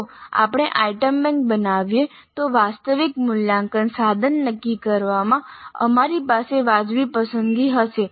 જો આપણે item bank બનાવીએ તો વાસ્તવિક મૂલ્યાંકન સાધન નક્કી કરવામાં અમારી પાસે વાજબી પસંદગી હશે